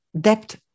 debt